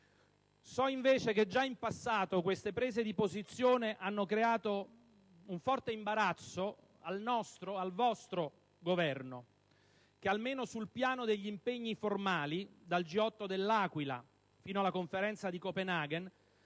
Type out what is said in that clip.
So invece che, già in passato, tali prese di posizione hanno creato un forte imbarazzo al nostro, al vostro Governo, che, almeno sul piano degli impegni formali, dal G8 dell'Aquila fino alla Conferenza di Copenaghen,